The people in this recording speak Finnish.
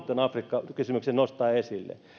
tämän afrikka kysymyksen nostaa esille